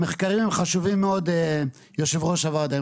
המחקרים הם חשובים מאוד, יושב-ראש הוועדה.